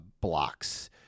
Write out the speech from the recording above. blocks